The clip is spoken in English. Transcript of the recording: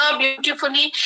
beautifully